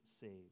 saved